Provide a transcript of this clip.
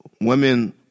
women